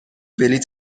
بلیت